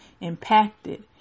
impacted